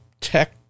tech